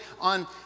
on